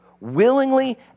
Willingly